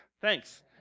Thanks